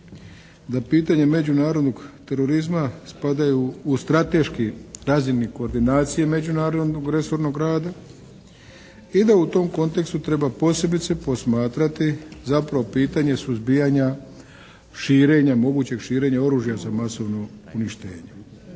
Da pitanje međunarodnog terorizma spadaju u strateški nazivnik koordinacije međunarodnog resornog rada i da u tom kontekstu treba posebice posmatrati zapravo pitanje suzbijanja, širenja, mogućeg širenja oružja za masovno uništenje.